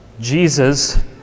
Jesus